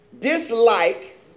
dislike